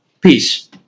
Peace